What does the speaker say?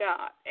God